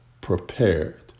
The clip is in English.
prepared